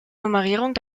nummerierung